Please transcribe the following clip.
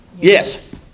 yes